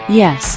yes